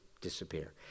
disappear